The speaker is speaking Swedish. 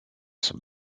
som